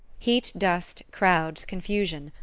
heat, dust, crowds, confusion,